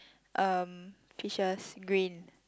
um fishes green